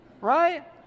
right